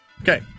Okay